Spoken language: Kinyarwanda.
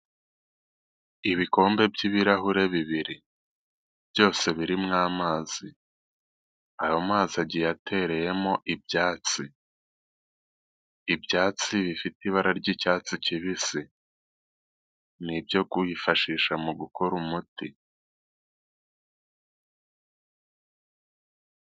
Ibikombe by'ibirahure bibiri, byose birimo amazi, ayo mazi agiye atereyemo ibyatsi ,ibyatsi bifite ibara ry'icyatsi kibisi, ni ibyo kwifashisha mu gukora umuti.